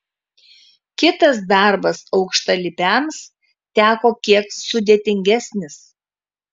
kitas darbas aukštalipiams teko kiek sudėtingesnis